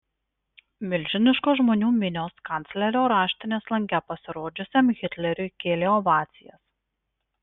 milžiniškos žmonių minios kanclerio raštinės lange pasirodžiusiam hitleriui kėlė ovacijas